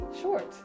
short